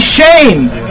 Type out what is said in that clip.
shamed